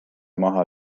maha